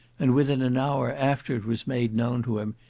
and within an hour after it was made known to him,